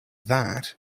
that